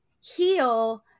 heal